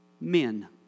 men